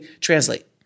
translate